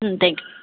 ம் thank you